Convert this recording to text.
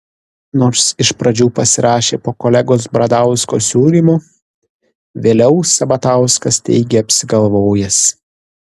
nors iš pradžių pasirašė po kolegos bradausko siūlymu vėliau sabatauskas teigė apsigalvojęs